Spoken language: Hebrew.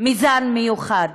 מזן מיוחד,